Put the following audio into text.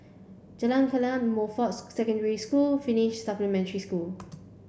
Jalan Chegar Montfort Secondary School Finnish Supplementary School